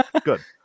good